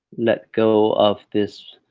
let go of this,